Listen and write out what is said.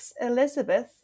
Elizabeth